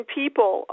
people